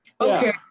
Okay